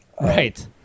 Right